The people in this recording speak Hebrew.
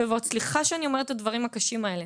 סליחה שאני אומרת את הדברים הקשים האלה,